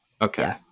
Okay